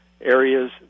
areas